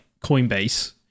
Coinbase